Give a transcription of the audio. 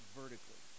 vertically